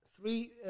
three